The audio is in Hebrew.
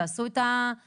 תעשו את הצעד הזה.